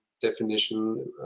definition